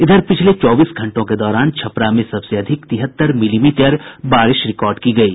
इधर पिछले चौबीस घंटों के दौरान छपरा में सबसे अधिक तिहत्तर मिलीमीटर बारिश रिकार्ड की गयी